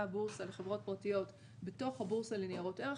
הבורסה לחברות פרטיות בתוך הבורסה לניירות ערך,